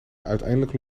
uiteindelijk